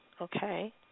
Okay